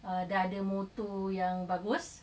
uh there are demo too young because